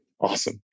Awesome